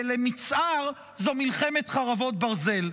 ולמצער זו מלחמת חרבות ברזל.